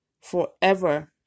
forever